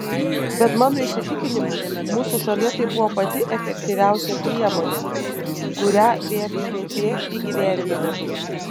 bet mano įsitikinimu mūsų šalyje tai buvo pati efektyviausia priemonė kurią vmvt įgyvendino